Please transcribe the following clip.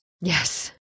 Yes